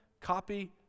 Copy